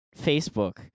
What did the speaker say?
facebook